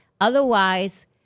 Otherwise